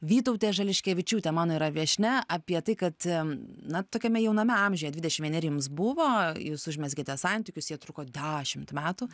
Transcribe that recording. vytautė žališkevičiūtė mano yra viešnia apie tai kad na tokiame jauname amžiuje dvidešim vieneri jums buvo jūs užmezgėte santykius jie truko dešimt metų